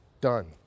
Done